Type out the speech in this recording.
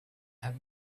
have